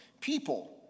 people